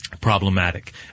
problematic